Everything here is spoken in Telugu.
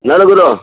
నలుగురు